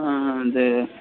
ஆ ஆ இது